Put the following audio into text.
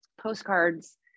postcards